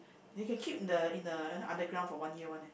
they can keep in the in the underground for one year one leh